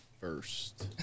first